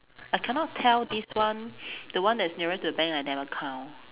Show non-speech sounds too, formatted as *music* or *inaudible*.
I cannot tell this one *noise* the one that's nearer to the bank I never count